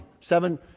Seven